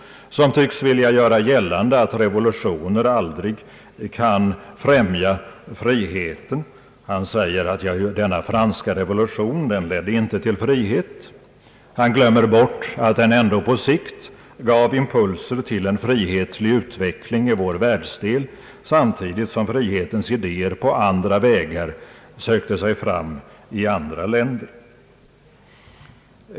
Sveriges utrikesoch handelspolitik vilja göra gällande att revolutioner aldrig kan främja friheten. Han säger att den franska revolutionen inte ledde till frihet. Han glömmer därvid bort att den ändå på sikt gav impulser till en frihetlig utveckling i vår världsdel samtidigt som frihetens idéer på andra vägar parallellt sökte sig fram i olika länder.